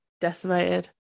decimated